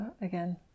Again